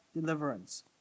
deliverance